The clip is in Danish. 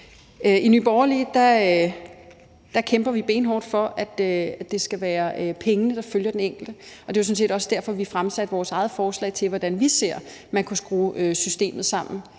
I Nye Borgerlige kæmper vi benhårdt for, at det skal være pengene, der følger den enkelte, og det var sådan set også derfor, at vi fremsatte vores eget forslag til, hvordan man kunne skrue systemet sammen,